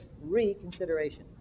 reconsideration